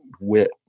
wit